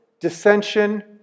dissension